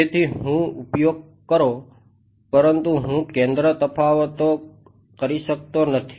તેથી ઉપયોગ કરો પરંતુ હું કેન્દ્ર તફાવતો કરી શકતો નથી